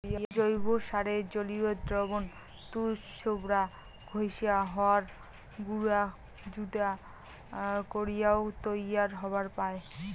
জৈব সারের জলীয় দ্রবণ তুষ, ছোবড়া, ঘইষা, হড় গুঁড়া যুদা করিয়াও তৈয়ার হবার পায়